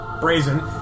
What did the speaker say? brazen